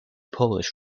polish